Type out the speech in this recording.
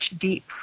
deep